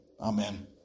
Amen